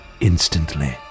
instantly